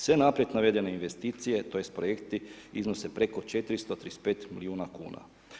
Sve naprijed navedene investicije, tj. projekti iznose preko 435 milijuna kn.